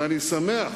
ואני שמח